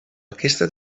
aquesta